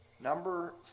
Number